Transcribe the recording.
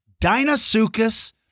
Dinosuchus